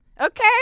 Okay